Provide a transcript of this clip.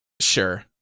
Sure